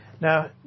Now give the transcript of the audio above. Now